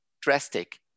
drastic